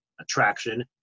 attraction